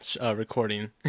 recording